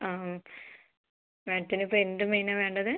ആ ആ മാഡത്തിന് ഇപ്പം എന്ത് മീനാ വേണ്ടത്